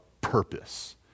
purpose